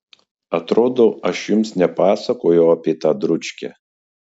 atrodo aš jums nepasakojau apie tą dručkę